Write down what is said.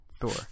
Thor